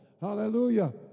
Hallelujah